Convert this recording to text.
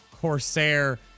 Corsair